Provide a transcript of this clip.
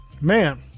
Man